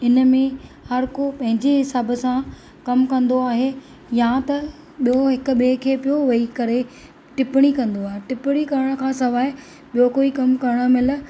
इन में हर को पंहिंजे हिसाब सां कमु कंदो आहे या त ॾोह हिक ॿिए खे पयो वेही करे टिपणी कंदो आहे टिपणी करण खां सवाइ ॿियो कोई कमु करणु महिल